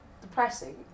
depressing